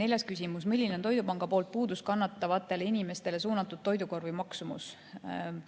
Neljas küsimus: "Milline on Toidupanga poolt puudustkannatavatele inimestele suunatud toidukorvi maksumus?"